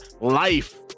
life